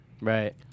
Right